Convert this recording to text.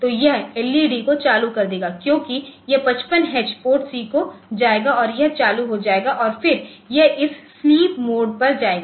तो यह L E D को चालू कर देगा क्योंकि यह 55 H PORTC को जाएगा और यह चालू हो जाएगा और फिर यह इस स्लीप मोड पर जाएगा